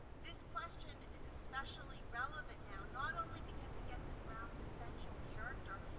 this question is especially relevant now, not only because it gets at brown's essential character,